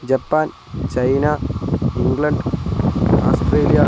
Japan China England Australia